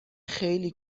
خیلی